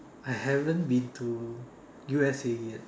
I haven't been to U_S_A yet